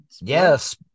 Yes